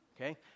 okay